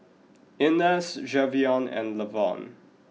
Inez Javion and Lavon